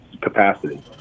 capacity